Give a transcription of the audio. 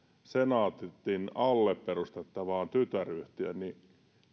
senaatin alle perustettavaan tytäryhtiöön niin